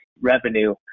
revenue